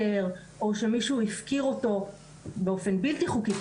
או שמישהו הפקיר אותו באופן בלתי חוקי,